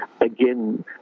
again